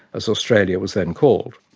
as australia was then called.